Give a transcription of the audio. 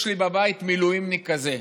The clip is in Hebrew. יש לי בבית מילואימניק כזה.